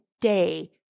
day